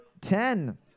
ten